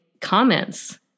comments